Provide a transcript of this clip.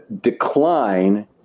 decline